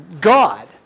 God